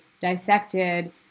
dissected